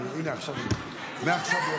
הינה, עכשיו אני, מעכשיו יהיה פה שקט.